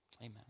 Amen